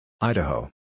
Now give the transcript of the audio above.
Idaho